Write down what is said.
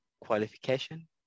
qualification